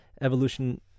evolution